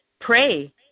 pray